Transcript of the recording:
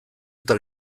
eta